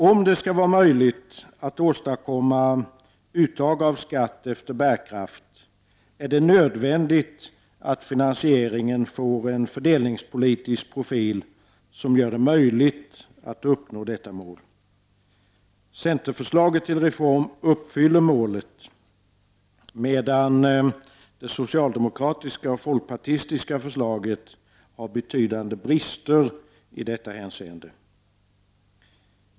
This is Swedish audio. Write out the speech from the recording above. Om det är möjligt att åstadkomma uttag av skatt efter bärkraft är det nödvändigt att finansieringen får en fördelningspolitisk profil som gör det möjligt att uppnå detta mål. Centerförslaget till reform uppfyller detta mål, medan det socialdemokratiska och folkpartistiska förslaget har betydande brister i detta hänseende.